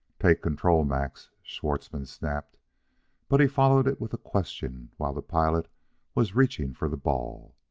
take control, max! schwartzmann snapped but he followed it with a question while the pilot was reaching for the ball.